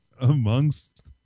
amongst